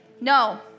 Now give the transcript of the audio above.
No